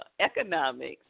economics